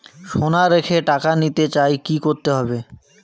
সোনা রেখে টাকা নিতে চাই কি করতে হবে?